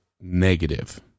negative